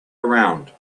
around